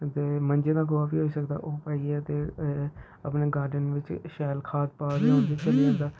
ते मंजें दा गोहा बी होई सकदा ओह् पाइयै ते अपने गार्डन बिच्च शैल खाद पाइयै ओह् बी चली जंदा